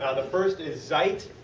ah the first is zite.